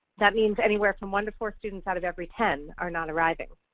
that means anywhere from one to four students out of every ten are not arriving.